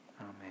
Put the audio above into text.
Amen